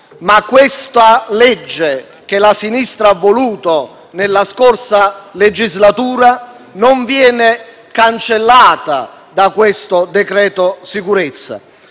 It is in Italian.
Questa legge che la sinistra ha voluto nella scorsa legislatura non viene cancellata dal decreto sicurezza